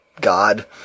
God